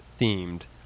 themed